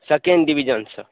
second डिविजनसँ